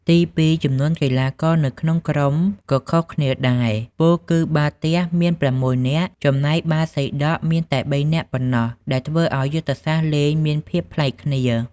ទីពីរ ចំនួនកីឡាករនៅក្នុងក្រុមก็ខុសគ្នាដែរ ពោលគឺបាល់ទះមាន៦នាក់ ចំណែកបាល់សីដក់មានតែ៣នាក់ប៉ុណ្ណោះដែលធ្វើឲ្យយុទ្ធសាស្ត្រលេងមានភាពប្លែកគ្នា។